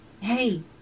hey